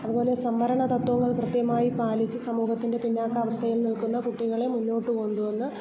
അതുപോലെ സംവരണതത്വങ്ങൾ കൃത്യമായ് പാലിച്ച് സമൂഹത്തിൻ്റെ പിന്നാക്ക അവസ്ഥയിൽ നിൽക്കുന്ന കുട്ടികളെ മുന്നോട്ടു കൊണ്ടുവന്ന്